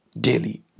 daily